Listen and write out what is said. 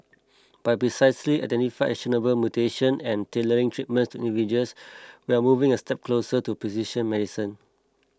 by precisely identifying actionable mutations and tailoring treatments to individuals we are moving a step closer to precision medicine